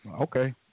Okay